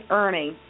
earning